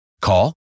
Call